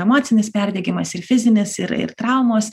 emocinis perdegimas ir fizinis ir ir traumos